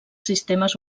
sistemes